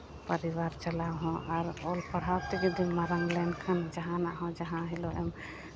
ᱠᱟᱹᱨᱤᱜᱚᱨ ᱪᱟᱞᱟᱣ ᱦᱚᱸ ᱟᱨ ᱚᱞᱼᱯᱟᱲᱦᱟᱣ ᱛᱮ ᱡᱩᱫᱤᱢ ᱢᱟᱨᱟᱝ ᱞᱮᱱᱠᱷᱟᱱ ᱡᱟᱦᱟᱸᱱᱟᱜ ᱦᱚᱸ ᱡᱟᱦᱟᱸ ᱦᱤᱞᱳᱜᱼᱮᱢ